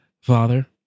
Father